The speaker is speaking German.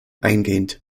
eingehend